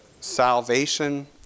salvation